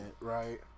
right